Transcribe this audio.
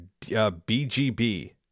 BGB